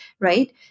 right